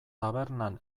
tabernan